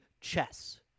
chess